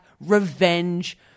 revenge